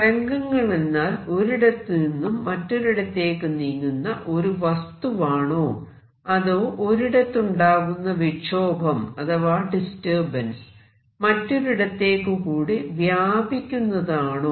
തരംഗങ്ങൾ എന്നാൽ ഒരിടത്തുനിന്നും മറ്റൊരിടത്തേക്ക് നീങ്ങുന്ന ഒരു വസ്തുവാണോ അതോ ഒരിടത്തുണ്ടാകുന്ന വിക്ഷോഭം അഥവാ ഡിസ്റ്റർബൻസ് മറ്റൊരിടത്തേക്ക് കൂടി വ്യാപിക്കുന്നതാണോ